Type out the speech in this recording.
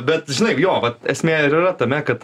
bet žinai jo va esmė ir yra tame kad